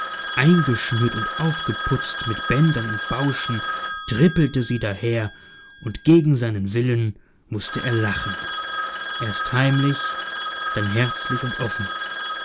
eingeschnürt und aufgeputzt mit bändern und bauschen trippelte sie daher und gegen seinen willen mußte er lachen erst heimlich dann herzlich und offen